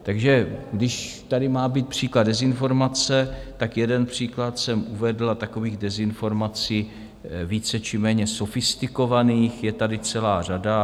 Takže když tady má být příklad dezinformace, jeden příklad jsem uvedl, a takových dezinformací více či méně sofistikovaných je tady celá řada.